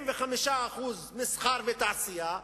75% מסחר ותעשייה,